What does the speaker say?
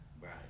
right